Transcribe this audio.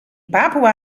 papoea